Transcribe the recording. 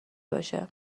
باشه